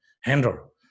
handle